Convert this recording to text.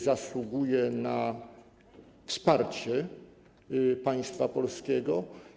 Zasługuje na wsparcie państwa polskiego.